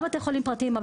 גם בתי חולים פרטיים,